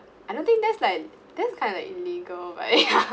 I don't think that's like that's kind of like illegal right